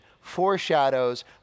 foreshadows